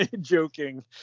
joking